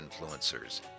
influencers